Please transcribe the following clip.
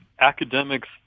academics